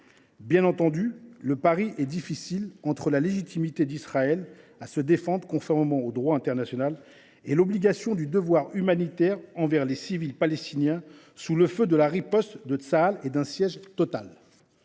Bien entendu, le pari est difficile, entre le droit d’Israël de se défendre, conformément au droit international, et l’obligation du devoir humanitaire envers les civils palestiniens, qui subissent le feu de la riposte de Tsahal et un siège total.